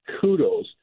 kudos